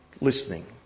listening